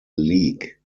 league